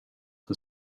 who